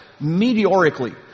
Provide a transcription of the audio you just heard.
meteorically